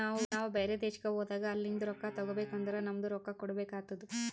ನಾವು ಬ್ಯಾರೆ ದೇಶ್ಕ ಹೋದಾಗ ಅಲಿಂದ್ ರೊಕ್ಕಾ ತಗೋಬೇಕ್ ಅಂದುರ್ ನಮ್ದು ರೊಕ್ಕಾ ಕೊಡ್ಬೇಕು ಆತ್ತುದ್